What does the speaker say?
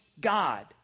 God